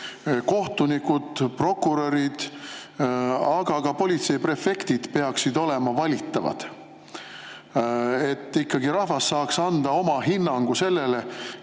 kohtunikud, prokurörid, aga ka politseiprefektid peaksid olema valitavad, et rahvas saaks ikkagi anda oma hinnangu sellele,